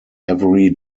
every